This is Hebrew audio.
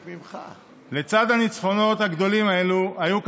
לצד הניצחונות הגדולים האלה היו,